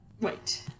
Wait